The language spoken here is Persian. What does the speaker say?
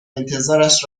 انتظارش